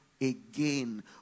again